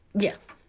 yes.